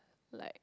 like